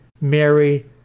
Mary